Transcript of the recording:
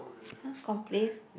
!huh! complain